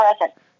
present